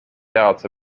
doubts